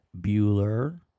Bueller